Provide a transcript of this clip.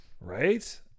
right